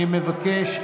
אני מבקש.